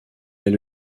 est